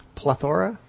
plethora